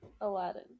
Aladdin